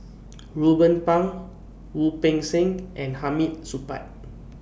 Ruben Pang Wu Peng Seng and Hamid Supaat